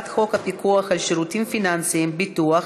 הפיקוח על שירותים פיננסיים (ביטוח)